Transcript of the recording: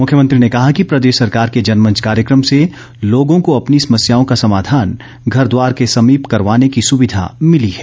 मुख्यमंत्री ने कहा कि प्रदेश सरकार के जनमंच कार्यकम से लोगों को अपनी समस्याओं का समाधान घर द्वार के समीप करवाने की सुविधा भिली है